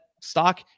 stock